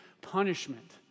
punishment